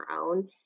own